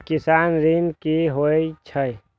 किसान ऋण की होय छल?